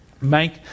Make